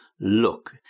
look